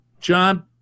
John